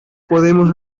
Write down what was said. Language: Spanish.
podemos